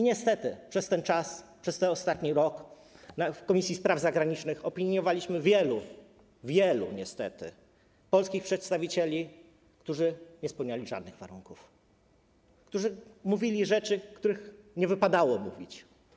Niestety przez ten czas, przez ten ostatni rok, w Komisji Spraw Zagranicznych opiniowaliśmy kandydatury wielu - wielu niestety - polskich przedstawicieli, którzy nie spełniali żadnych warunków i mówili rzeczy, jakich nie wypadało mówić.